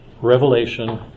revelation